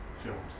films